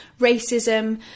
racism